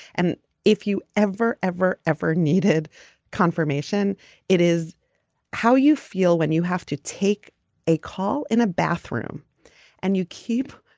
and if you ever ever ever needed confirmation it is how you feel when you have to take a call in a bathroom and you keep.